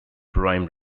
prime